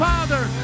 Father